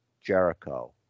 Jericho